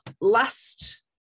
last